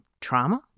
trauma